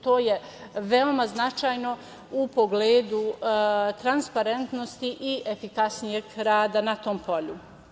To je veoma značajno u pogledu transparentnosti i efikasnijeg rada na tom polju.